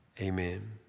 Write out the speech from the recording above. Amen